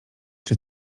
czy